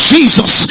Jesus